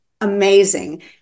amazing